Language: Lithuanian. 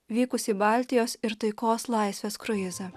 vykusį baltijos ir taikos laisvės kruizą